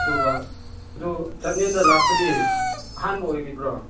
ꯑꯗꯨꯒ ꯑꯗꯨ ꯆꯥꯟꯗꯦꯜꯗ ꯂꯥꯛꯄꯗꯤ ꯑꯍꯥꯟꯕ ꯑꯣꯏꯕꯤꯕ꯭ꯔꯣ